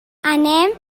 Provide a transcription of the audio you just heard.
anem